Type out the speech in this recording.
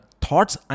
thoughts